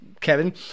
Kevin